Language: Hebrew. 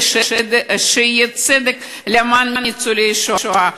ושיהיה צדק למען ניצולי השואה,